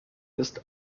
ist